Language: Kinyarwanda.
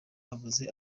babuze